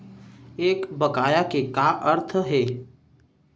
एक बकाया के का अर्थ हे?